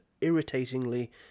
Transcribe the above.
irritatingly